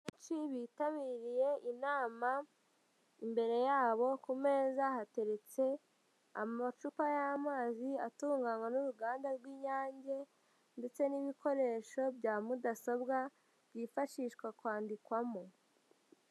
Benshi bitabiriye inama, imbere yabo ku meza hateretse amacupa y'amazi atunganywa n'uruganda rw'inyange, ndetse n'ibikoresho bya mudasobwa byifashishwa kwandikwamo.